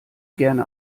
gerne